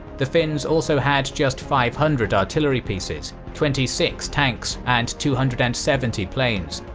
the finns also had just five hundred artillery pieces, twenty six tanks and two hundred and seventy planes,